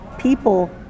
People